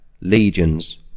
legions